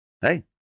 Hey